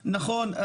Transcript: נכון,